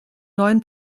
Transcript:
neuen